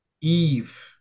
Eve